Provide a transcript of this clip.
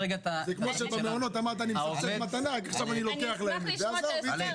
כמו שבמעונות אמרתי --- עכשיו אני לוקח להם את זה,